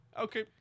Okay